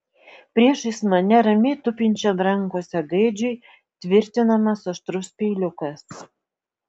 priešais mane ramiai tupinčiam rankose gaidžiui tvirtinamas aštrus peiliukas